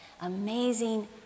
amazing